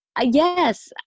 Yes